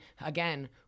Again